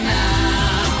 now